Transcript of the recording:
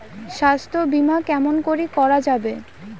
স্বাস্থ্য বিমা কেমন করি করা যাবে?